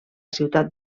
ciutat